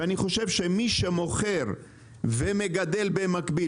ואני חושב שמי שמוכר ומגדל במקביל.